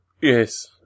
yes